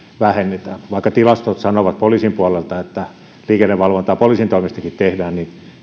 vähennetään vaikka tilastot sanovat poliisin puolelta että liikennevalvontaa poliisin toimestakin tehdään